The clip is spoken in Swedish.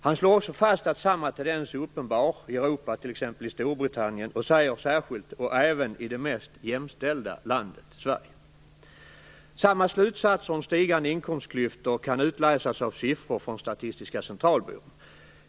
Han slår också fast att samma tendens är uppenbar i Europa, t.ex. i Storbritannien, och pekar särskilt även på det mest jämställda landet, Sverige. Samma slutsatser om stigande inkomstklyftor kan utläsas av siffror från Statistiska centralbyrån.